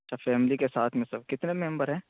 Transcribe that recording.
family کے ساتھ میں سب کتنے ممبر ہیں